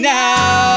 now